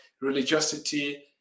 religiosity